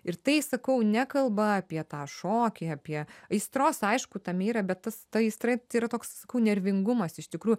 ir tai sakau ne kalba apie tą šokį apie aistros aišku tam yra bet tas ta aistra yra toks nervingumas iš tikrųjų